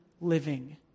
living